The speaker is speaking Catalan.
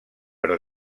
però